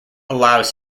allows